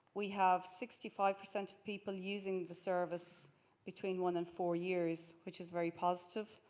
we have sixty five percent of people using the service between one and four years, which is very positive.